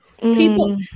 People